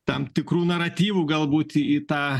tam tikrų naratyvų galbūt į tą